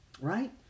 right